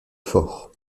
fort